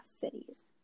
Cities